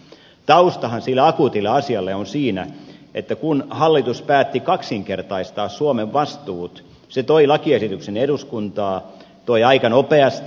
taustahan sille akuutille asialle on siinä että kun hallitus päätti kaksinkertaistaa suomen vastuut se toi lakiesityksen eduskuntaan toi aika nopeasti